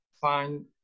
find